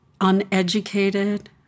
uneducated